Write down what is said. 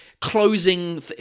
closing